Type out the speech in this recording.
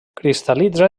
cristal·litza